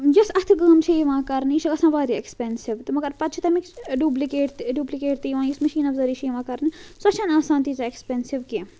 یُس اَتھٕ کٲم چھِ یِوان کَرنہٕ یہِ چھِ آسان واریاہ ایٚکسپٮ۪نِو تہٕ مگر پَتہٕ چھِ تَمِکچ ڈُبلِکیٹ تہِ ڈُبلِکیٹ تہِ یِوان یُس مشیٖنَو ذریعہ چھِ یِوان کَرنہٕ سۄ چھےٚ نہٕ آسان تیٖژاہ ایٚکسپٮ۪نسِو کینٛہہ